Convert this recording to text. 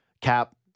cap